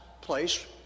place